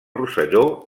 rosselló